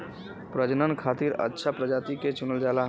प्रजनन खातिर अच्छा प्रजाति के चुनल जाला